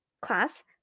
Class